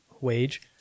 wage